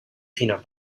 peanut